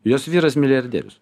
jos vyras milijardierius